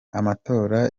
amatora